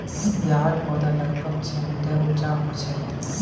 याहर पौधा लगभग छः मीटर उंचा होचे